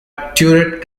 turret